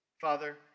Father